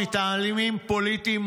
מטעמים פוליטיים,